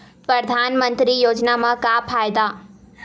परधानमंतरी योजना म का फायदा?